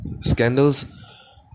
scandals